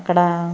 అక్కడ